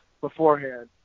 beforehand